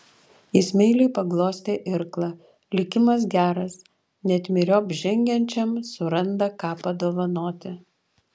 jis meiliai paglostė irklą likimas geras net myriop žengiančiam suranda ką padovanoti